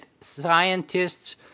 scientists